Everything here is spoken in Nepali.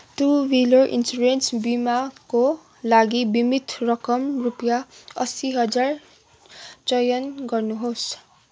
टू व्हिलर इन्सुरेन्स बिमाको लागि बिमित रकम रुपियाँ असी हजार चयन गर्नुहोस्